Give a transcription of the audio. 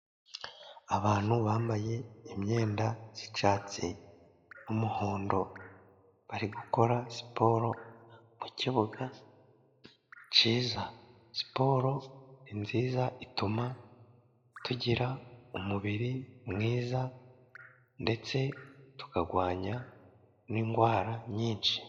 Abantu bambaye imyenda z'icyatsi n'umuhondo, bari gukora siporo mukibuga cyiza, siporo ni nziza, ituma tugira umubiri mwiza, ndetse tukarwanya n'indwara nyinshi.